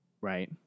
right